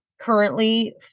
currently